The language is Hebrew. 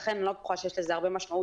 לכן אני לא בטוחה שיש לזה הרבה משמעות